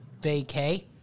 vacay